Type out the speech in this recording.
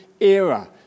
era